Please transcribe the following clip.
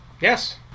Yes